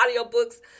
audiobooks